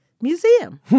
museum